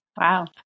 Wow